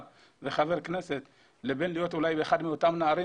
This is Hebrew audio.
וחבר כנסת לבין להיות אולי אחד מאותם נערים,